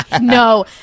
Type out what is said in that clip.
No